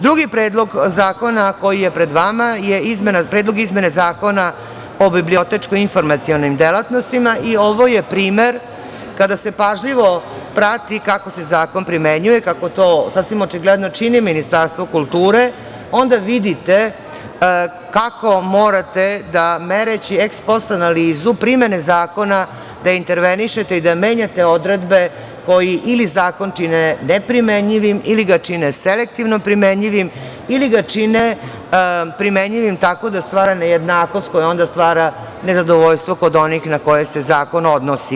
Drugi predlog zakona koji je pred vama je Predlog izmene Zakona o bibliotečko-informacionim delatnostima i ovo je primer kada se pažljivo prati kako se zakon primenjuje, kako to sasvim očigledno čini Ministarstvo kulture, onda vidite kako morate da mereći "eks post" analizu primene zakona da intervenišete i da menjate odredbe koje ili zakon čine neprimenjivim, ili ga čine selektivno primenjivim, ili ga čine primenjivim tako da stvara nejednakost koja onda stvara nezadovoljstvo kod onih na koje se zakon odnosi.